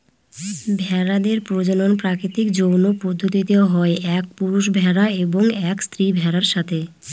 ভেড়াদের প্রজনন প্রাকৃতিক যৌন পদ্ধতিতে হয় এক পুরুষ ভেড়া এবং এক স্ত্রী ভেড়ার সাথে